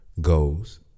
goes